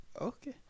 Okay